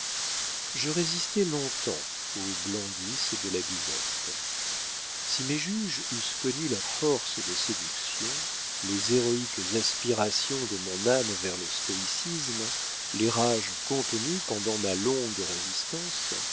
je résistai long-temps aux blandices de la buvette si mes juges eussent connu la force des séductions les héroïques aspirations de mon âme vers le stoïcisme les rages contenues pendant ma longue résistance